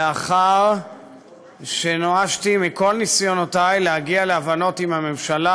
לאחר שנואשתי מכל ניסיונותי להגיע להבנות עם הממשלה